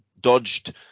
dodged